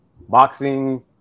boxing